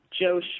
Joe